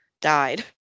died